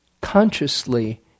consciously